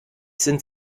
sind